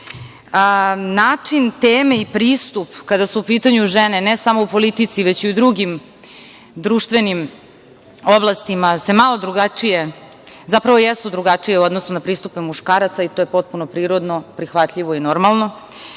teme i pristup, kada su u pitanju žene, ne samo u politici, već i u drugim društvenim oblastima, su malo drugačiji, zapravo, jesu drugačiji u odnosu na pristupe muškaraca i to je potpuno prirodno, prihvatljivo i normalno.